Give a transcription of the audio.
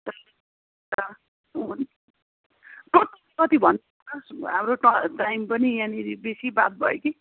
कति कति भन्नु त हाम्रो त टाइम पनि यहाँनेरि बेसी बात भयो कि